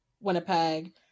Winnipeg